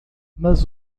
mas